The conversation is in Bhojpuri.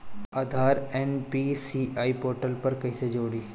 आधार एन.पी.सी.आई पोर्टल पर कईसे जोड़ी?